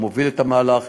הוא מוביל את המהלך.